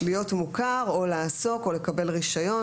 להיות מוכר או לקבל רישיון.